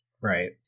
right